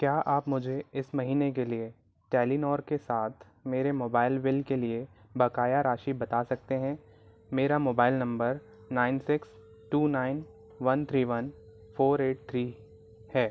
क्या आप मुझे इस महीने के लिए टेलीनॉर के साथ मेरे मोबाइल बिल के लिए बकाया राशि बता सकते हैं मेरा mobile number nine six two nine one three one four eight three है